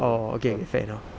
oh okay fair enough